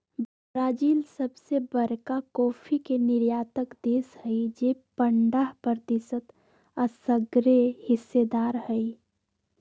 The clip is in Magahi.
ब्राजील सबसे बरका कॉफी के निर्यातक देश हई जे पंडह प्रतिशत असगरेहिस्सेदार हई